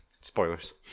Spoilers